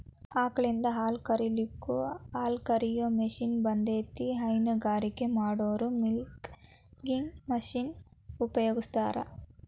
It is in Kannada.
ಆಕಳಿಂದ ಹಾಲ್ ಕರಿಲಿಕ್ಕೂ ಹಾಲ್ಕ ರಿಯೋ ಮಷೇನ್ ಬಂದೇತಿ ಹೈನಗಾರಿಕೆ ಮಾಡೋರು ಮಿಲ್ಕಿಂಗ್ ಮಷೇನ್ ಉಪಯೋಗಸ್ತಾರ